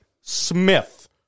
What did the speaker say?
Smith